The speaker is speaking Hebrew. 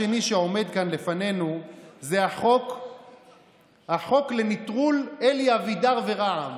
החוק השני שעומד כאן לפנינו זה החוק לנטרול אלי אבידר ורע"מ.